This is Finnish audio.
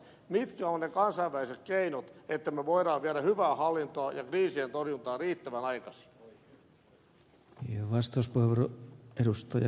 mitkä ovat ne kansainväliset keinot että me voimme viedä hyvää hallintoa ja kriisien torjuntaa riittävän aikaisin